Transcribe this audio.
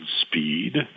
speed